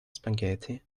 spaghetti